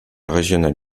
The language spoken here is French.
régional